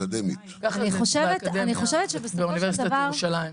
ככה זה באקדמיה באוניברסיטת ירושלים.